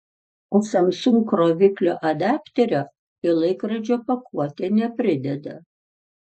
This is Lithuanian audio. o samsung kroviklio adapterio į laikrodžio pakuotę neprideda